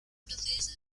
proceso